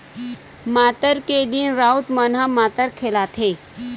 मातर के दिन राउत मन ह मातर खेलाथे